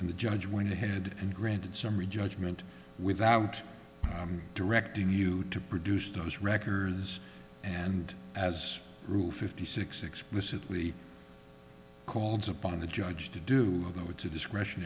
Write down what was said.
and the judge went ahead and granted summary judgment without directing you to produce those records and as through fifty six explicitly calls upon the judge to do the it's a discretion